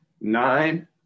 nine